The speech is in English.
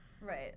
Right